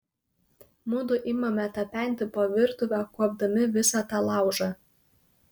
mudu imame tapenti po virtuvę kuopdami visą tą laužą